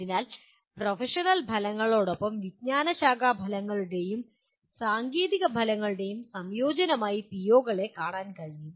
അതിനാൽ പ്രൊഫഷണൽ ഫലങ്ങളോടൊപ്പം വിജ്ഞാനശാഖാ ഫലങ്ങളുടെയും സാങ്കേതിക ഫലങ്ങളുടെയും സംയോജനമായി പിഒകളെ കാണാൻ കഴിയും